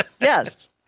Yes